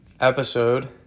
episode